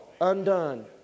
undone